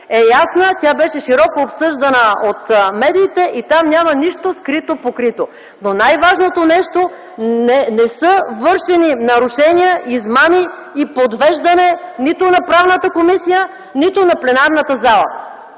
е ясна. Тя беше широко обсъждана от медиите и там няма нищо скрито покрито. Но най-важното нещо – не са вършени нарушения, измами и подвеждане нито на Правната комисия, нито на пленарната зала.